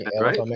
right